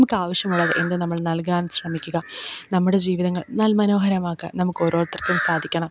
നമുക്ക് ആവശ്യമുള്ളത് എന്തും നമ്മൾ നല്കാൻ ശ്രമിക്കുക നമ്മുടെ ജീവിതങ്ങൾ നൽ മനോഹരമാക്കാൻ നമുക്ക് ഓരോരുത്തർക്കും സാധിക്കണം